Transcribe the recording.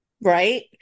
right